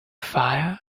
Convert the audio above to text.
fire